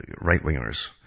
right-wingers